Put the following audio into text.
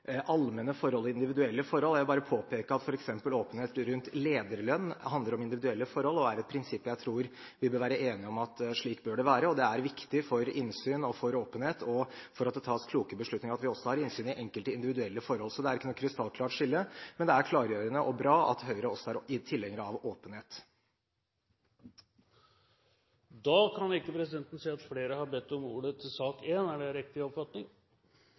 allmenne og individuelle forhold. Jeg vil bare påpeke at f.eks. åpenhet rundt lederlønn handler om individuelle forhold, og er et prinsipp jeg tror vi vil være enige om er slik det bør være. Det er viktig for innsyn og åpenhet og for at det tas kloke beslutninger at vi også har innsyn i enkelte individuelle forhold. Så det er ikke noe krystallklart skille, men det er klargjørende og bra at også Høyre er tilhengere av åpenhet. Da kan ikke presidenten se at flere har bedt om ordet til sak nr. 1. Er det riktig oppfattet? – Det er